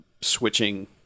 switching